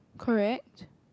correct